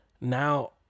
Now